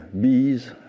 bees